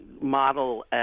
Model